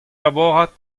labourat